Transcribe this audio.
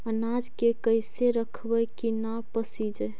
अनाज के कैसे रखबै कि न पसिजै?